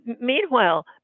meanwhile